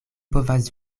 povas